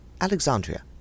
Alexandria